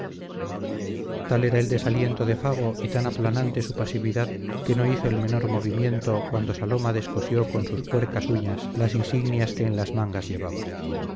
era el desaliento de fago y tan aplanante su pasividad que no hizo el menor movimiento cuando saloma descosió con sus puercas uñas las insignias que en las mangas llevaba